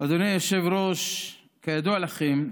אדוני היושב-ראש, כידוע לכם,